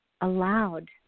allowed